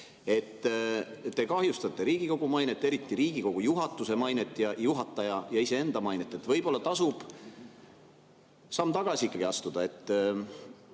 Te kahjustate Riigikogu mainet, eriti Riigikogu juhatuse mainet, samuti juhataja ja iseenda mainet. Võib-olla tasub samm tagasi astuda.